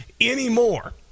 anymore